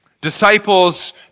Disciples